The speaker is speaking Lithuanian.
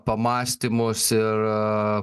pamąstymus ir